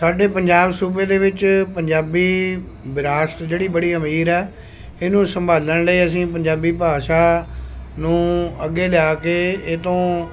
ਸਾਡੇ ਪੰਜਾਬ ਸੂਬੇ ਦੇ ਵਿੱਚ ਪੰਜਾਬੀ ਵਿਰਾਸਤ ਜਿਹੜੀ ਬੜੀ ਅਮੀਰ ਹੈ ਇਹਨੂੰ ਸੰਭਾਲਣ ਲਈ ਅਸੀਂ ਪੰਜਾਬੀ ਭਾਸ਼ਾ ਨੂੰ ਅੱਗੇ ਲਿਆ ਕੇ ਇਹ ਤੋਂ